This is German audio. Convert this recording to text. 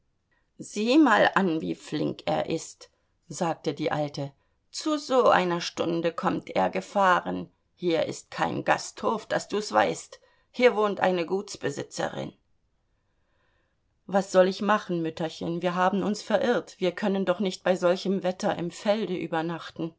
sieh mal an wie flink er ist sagte die alte zu so einer stunde kommt er gefahren hier ist kein gasthof daß du's weißt hier wohnt eine gutsbesitzerin was soll ich machen mütterchen wir haben uns verirrt wir können doch nicht bei solchem wetter im felde übernachten